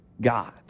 God